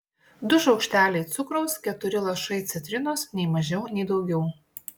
du šaukšteliai cukraus keturi lašai citrinos nei mažiau nei daugiau